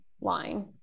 line